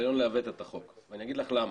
ניסיון לעוות את החוק, ואני אגיד לך למה,